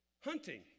hunting